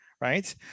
right